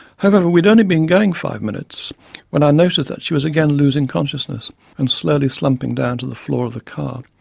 however we had only been going five minutes when i noticed that she was again losing consciousness and slowly slumping down to the floor of the car.